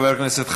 חבר הכנסת חזן,